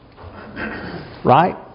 Right